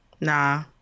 Nah